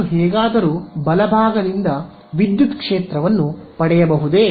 ನಾನು ಹೇಗಾದರೂ ಬಲಭಾಗದಿಂದ ವಿದ್ಯುತ್ ಕ್ಷೇತ್ರವನ್ನು ಪಡೆಯಬಹುದೇ